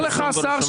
אומר לך השר,